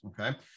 Okay